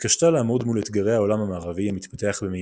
התקשתה לעמוד מול אתגרי העולם המערבי המתפתח במהירות.